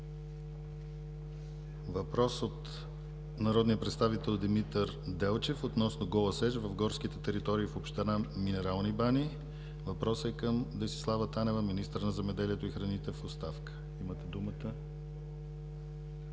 Въпрос от народния представител Димитър Делчев относно гола сеч в горските територии в община Минерални бани. Въпросът е към Десислава Танева – министър на земеделието и храните в оставка. Имате думата.